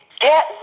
get